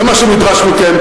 זה מה שנדרש מכם,